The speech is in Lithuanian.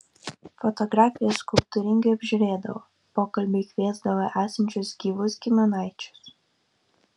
fotografijas skrupulingai apžiūrėdavo pokalbiui kviesdavo esančius gyvus giminaičius